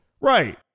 Right